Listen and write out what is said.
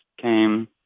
came